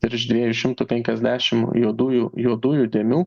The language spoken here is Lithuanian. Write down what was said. virš dviejų šimtų penkiasdešim juodųjų juodųjų dėmių